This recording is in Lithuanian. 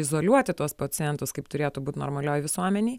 izoliuoti tuos pacientus kaip turėtų būt normalioj visuomenėj